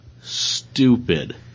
stupid